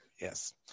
Yes